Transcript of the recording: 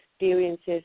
experiences